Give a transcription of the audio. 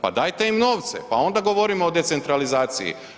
Pa dajte im novce pa onda govorimo o decentralizaciji.